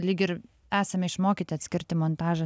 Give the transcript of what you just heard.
lyg ir esame išmokyti atskirti montažą